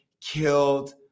killed